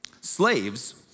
Slaves